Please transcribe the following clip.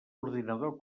ordinador